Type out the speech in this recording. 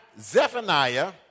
Zephaniah